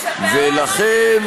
בגללכם,